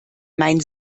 mein